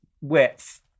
width